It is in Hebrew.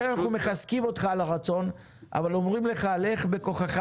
לכן אנחנו מחזקים אותך על הרצון ואומרים לך "לך בכוחך